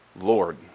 Lord